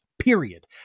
period